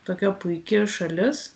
tokia puiki šalis